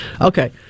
Okay